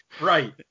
Right